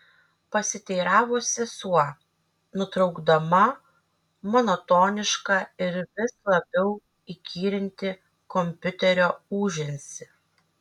pasiteiravo sesuo nutraukdama monotonišką ir vis labiau įkyrintį kompiuterio ūžesį